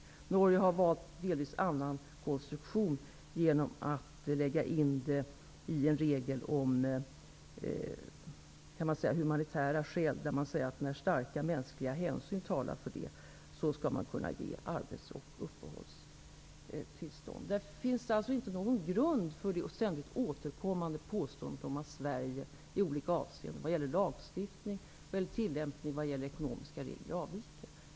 I Norge har man valt en delvis annan konstruktion genom att lägga in detta i en regel om humanitära skäl, där man säger att när starka mänskliga hänsyn talar för det skall man kunna ge arbets och uppehållstillstånd. Det finns alltså inte någon grund för det ständigt återkommande påståendet om att Sverige avviker i olika avseenden vad gäller lagstiftningens tillämpning och ekonomiska regler.